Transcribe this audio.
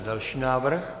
Další návrh.